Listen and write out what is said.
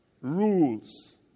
rules